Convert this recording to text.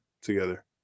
together